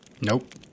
nope